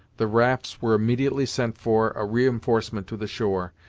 the rafts were immediately sent for a reinforcement to the shore,